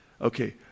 Okay